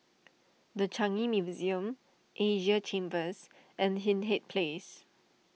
the Changi Museum Asia Chambers and Hindhede Place